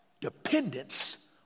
Dependence